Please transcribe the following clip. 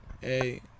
Hey